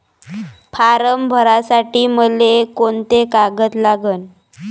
Form भरासाठी मले कोंते कागद लागन?